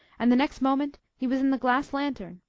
and the next moment he was in the glass lantern,